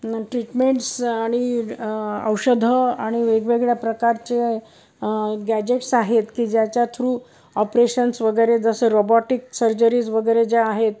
treatments आणि औषधं आणि वेगवेगळ्या प्रकारचे गॅजेट्स आहेत की ज्याच्या थ्रू ऑपरेशन्स वगैरे जसं रॉबॉटिक सर्जरीज वगैरे ज्या आहेत